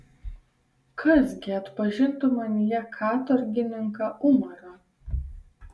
kas gi atpažintų manyje katorgininką umarą